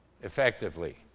effectively